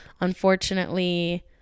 Unfortunately